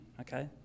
Okay